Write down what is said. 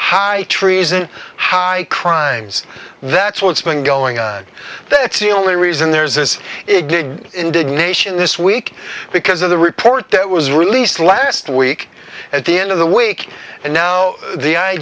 high treason how high crimes that's what's been going on that's the only reason there is this is a good indignation this week because of the report that was released last week at the end of the week and now the i